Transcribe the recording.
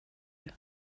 you